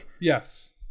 yes